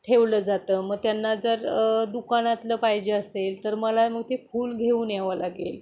ठेवलं जातं मग त्यांना जर दुकानातलं पाहिजे असेल तर मला मग ते फूल घेऊन यावं लागेल